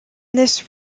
this